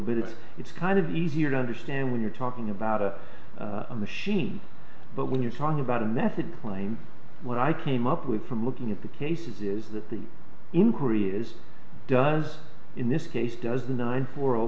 bit of it's kind of easier to understand when you're talking about a machine but when you're talking about a method claim what i came up with from looking at the cases is that the inquiry is does in this case does the nine four